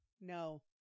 no